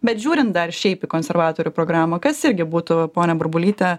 bet žiūrint dar šiaip į konservatorių programą kas irgi būtų ponia burbulyte